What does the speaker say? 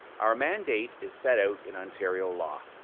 our mandate is set out in ontario law.